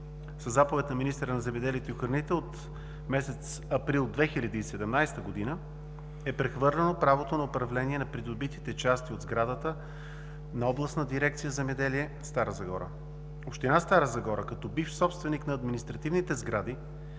Със Заповед на министъра на земеделието и храните от месец април 2017 г. е прехвърлено правото на управление на придобитите части от сградата на Областна дирекция „Земеделие“ – Стара Загора. Община Стара Загора като бивш собственик на административните сгради